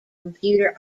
computer